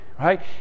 right